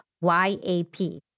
Y-A-P